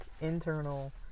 internal